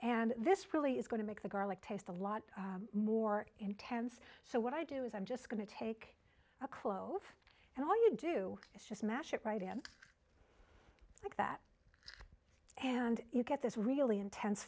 and this really is going to make the garlic taste a lot more intense so what i do is i'm just going to take a closer and all you do is just mash it right in like that and you get this really intense